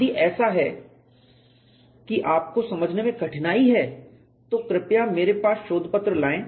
यदि ऐसा है कि आपको समझने में कठिनाई है तो कृपया मेरे पास शोधपत्र लाएं